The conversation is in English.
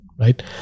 right